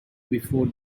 before